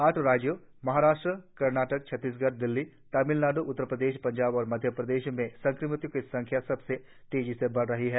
आठ राज्यों महाराष्ट्र कर्नाटक छत्तीसगढ दिल्ली तमिलनाड् उत्तरप्रदेश पंजाब और मध्यप्रदेश में संक्रमितों की संख्या तेजी से बढी है